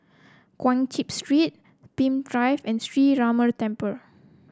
Guan Chuan Street Pemimpin Drive and Sree Ramar Temple